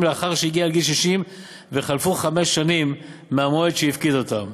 לאחר שהגיע לגיל 60 וחלפו חמש שנים מהמועד שהפקיד אותם,